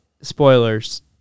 spoilers